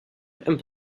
and